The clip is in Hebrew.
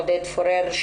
עודד פורר,